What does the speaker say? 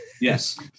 Yes